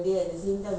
mm